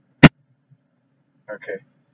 okay